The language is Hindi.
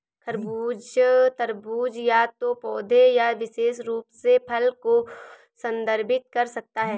खरबूज, तरबूज या तो पौधे या विशेष रूप से फल को संदर्भित कर सकता है